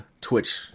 twitch